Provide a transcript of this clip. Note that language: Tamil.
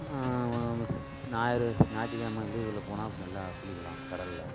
ஞாயிறு ஞாயித்துக்கெழம லீவில் போனால் நல்லா குளிக்கலாம் கடலில்